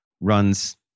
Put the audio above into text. runs